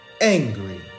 angry